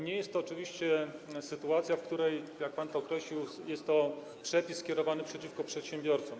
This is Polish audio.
Nie jest to oczywiście sytuacja, w której, jak pan to określił, jest to przepis kierowany przeciwko przedsiębiorcom.